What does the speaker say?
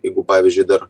jeigu pavyzdžiui dar